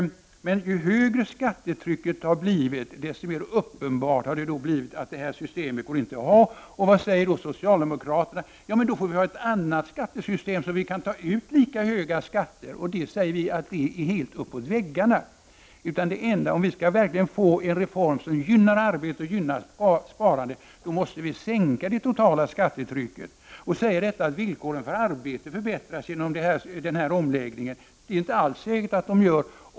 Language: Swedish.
Men ju högre skattetrycket har blivit, desto mer uppenbart har det blivit att detta system inte går att ha. Vad säger då socialdemokraterna? Jo, vi får ha ett annat skattesystem som vi kan ta ut lika höga skatter med. Det, säger vi, är helt uppåt väggarna. Om vi verkligen skall få en reform som gynnar arbete och sparande måste vi sänka det totala skattetrycket. Det sägs att villkoren för arbete förbättras genom denna omläggning. Det är inte alls säkert.